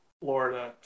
Florida